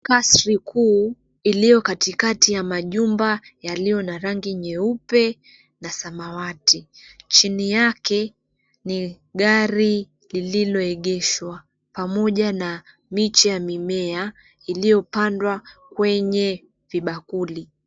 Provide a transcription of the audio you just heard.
Kasri kuu, iliyo katikati ya majumba yaliyo na rangi nyeupe na samawati. Chini yake ni gari lililoegeshwa pamoja na miti ya mimea iliyopandwa kwenye vibakuli.